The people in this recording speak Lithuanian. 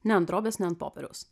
ne ant drobės ne ant popieriaus